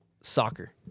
soccer